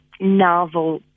novel